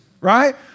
right